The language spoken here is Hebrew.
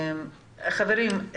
חברים,